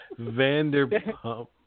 Vanderpump